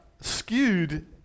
skewed